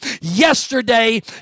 yesterday